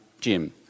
Jim